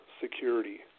security